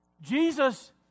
Jesus